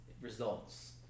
results